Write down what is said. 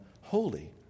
Holy